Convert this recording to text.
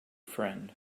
friend